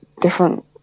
different